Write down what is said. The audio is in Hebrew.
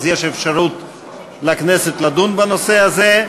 יש לכנסת אפשרות לדון בנושא הזה.